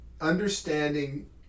understanding